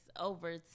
over